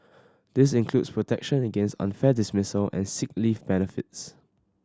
this includes protection against unfair dismissal and sick leave benefits